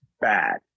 bad